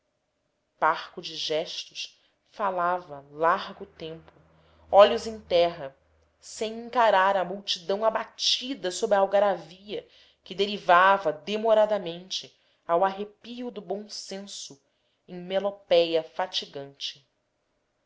parco de gestos falava largo tempo olhos em terra sem encarar a multidão abatida sob a algaravia que derivava demoradamente ao arrepio do bom senso em melopédia fatigante